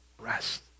rest